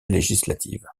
législative